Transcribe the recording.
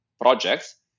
projects